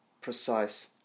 precise